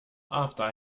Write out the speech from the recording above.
after